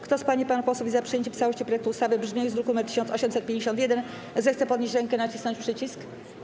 Kto z pań i panów posłów jest za przyjęciem w całości projektu ustawy w brzmieniu z druku nr 1851, zechce podnieść rękę i nacisnąć przycisk.